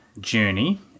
journey